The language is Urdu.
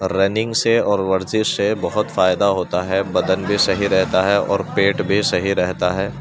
رننگ سے اور ورزش سے بہت فائدہ ہوتا ہے بدن بھی صحیح رہتا ہے اور پیٹ بھی صحیح رہتا ہے